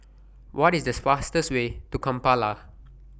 What IS The fastest Way to Kampala